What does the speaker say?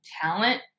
talent